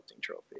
trophy